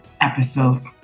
episode